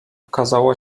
okazało